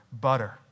butter